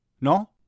no